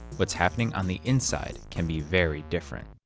what's happening on the inside can be very different.